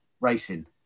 racing